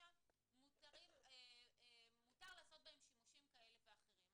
מותר לעשות בהם שימושים כאלה ואחרים.